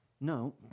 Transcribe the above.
No